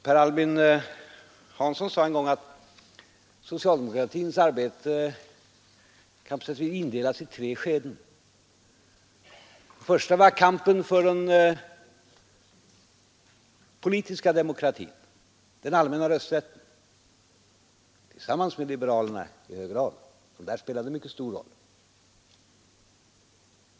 Per Albin Hansson sade en gång att socialdemokratins arbete kunde indelas i tre skeden. Det första skedet var kampen för den politiska demokratin, den allmänna rösträtten. Den kampen fördes tillsammans med liberalerna, som där spelade en mycket stor roll.